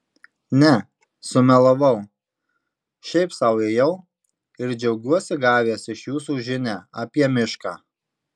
ne sumelavau šiaip sau ėjau ir džiaugiuosi gavęs iš jūsų žinią apie mišką